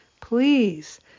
Please